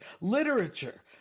literature